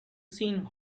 seen